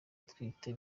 utwite